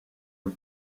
her